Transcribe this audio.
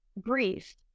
grief